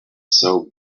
sew